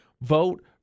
Vote